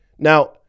Now